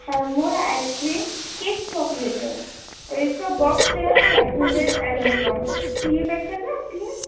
Havmor ice cream cake chocolate है और इसका बॉक्स है फाइव हंडरेड एम एल का तो ये पैक कर दें आपके लिए